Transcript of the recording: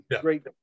great